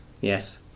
yes